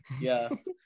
Yes